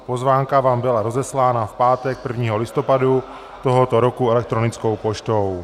Pozvánka vám byla rozeslána v pátek 1. listopadu tohoto roku elektronickou poštou.